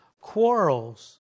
quarrels